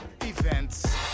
events